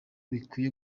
bikwiye